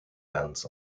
ganz